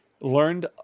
learned